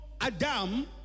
Adam